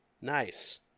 Nice